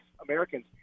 Americans